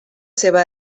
seva